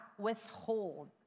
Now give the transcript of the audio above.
withhold